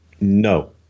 No